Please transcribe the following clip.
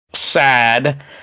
sad